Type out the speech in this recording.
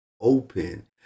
open